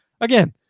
again